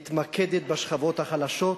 היא מתמקדת בשכבות החלשות,